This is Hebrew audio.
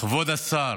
כבוד השר,